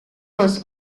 was